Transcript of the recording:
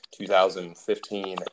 2015